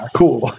cool